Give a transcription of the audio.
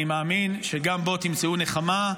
אני מאמין שגם בו תמצאו נחמה,